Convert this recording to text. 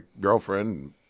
girlfriend